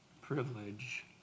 privilege